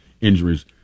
injuries